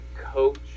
coach